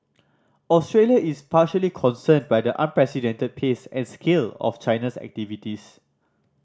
Australia is particularly concerned by the unprecedented pace and scale of China's activities